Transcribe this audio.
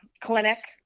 clinic